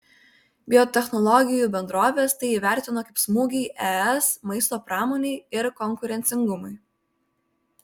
biotechnologijų bendrovės tai įvertino kaip smūgį es maisto pramonei ir konkurencingumui